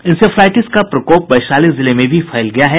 encephalitis का प्रकोप वैशाली जिले में भी फैल गया है